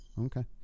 Okay